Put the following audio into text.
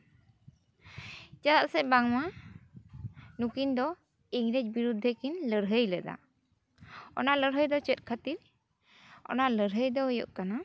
ᱪᱮᱫᱟᱜ ᱥᱮ ᱵᱟᱝᱢᱟ ᱱᱩᱠᱤᱱ ᱫᱚ ᱤᱝᱨᱮᱡ ᱵᱤᱨᱩᱫᱽᱫᱷᱮ ᱠᱤᱱ ᱞᱟᱹᱲᱦᱟᱹᱭ ᱞᱮᱫᱟ ᱚᱱᱟ ᱞᱟᱹᱲᱦᱟᱹᱭ ᱫᱚ ᱪᱮᱫ ᱠᱷᱟᱹᱛᱤᱨ ᱚᱱᱟ ᱞᱟᱹᱲᱦᱟᱹᱭ ᱫᱚ ᱦᱩᱭᱩᱜ ᱠᱟᱱᱟ